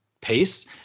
pace